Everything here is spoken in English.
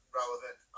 relevant